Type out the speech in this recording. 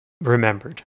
remembered